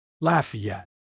Lafayette